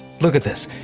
look at this.